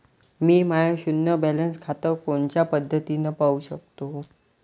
मी माय शुन्य बॅलन्स खातं कोनच्या पद्धतीनं पाहू शकतो?